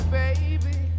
baby